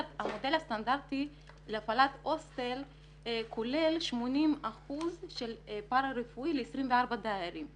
המודל הסטנדרטי להפעלת הוסטל כולל 80% של פארא-רפואי ל-24 דיירים.